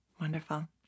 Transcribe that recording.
Wonderful